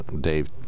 Dave